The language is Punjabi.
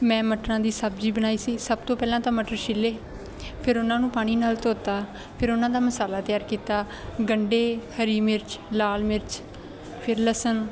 ਮੈਂ ਮਟਰਾਂ ਦੀ ਸਬਜ਼ੀ ਬਣਾਈ ਸੀ ਸਭ ਤੋਂ ਪਹਿਲਾਂ ਤਾਂ ਮਟਰ ਛਿੱਲੇ ਫਿਰ ਉਹਨਾਂ ਨੂੰ ਪਾਣੀ ਨਾਲ ਧੋਤਾ ਫਿਰ ਉਹਨਾਂ ਦਾ ਮਸਾਲਾ ਤਿਆਰ ਕੀਤਾ ਗੰਢੇ ਹਰੀ ਮਿਰਚ ਲਾਲ ਮਿਰਚ ਫਿਰ ਲਸਣ